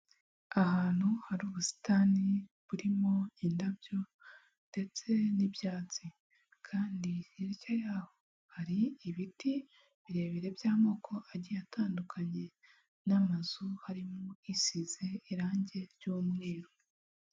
Ahantu hari ubusitani burimo indabyo ndetse n'ibyatsi, kandi hirya yaho hari ibiti birebire by'amoko agiye atandukanye n'amazu harimo isize irangi ry'umweru.